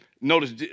notice